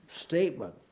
statement